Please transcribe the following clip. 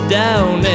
down